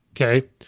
Okay